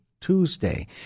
Tuesday